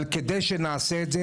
אבל כדי שנעשה את זה,